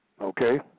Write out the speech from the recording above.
okay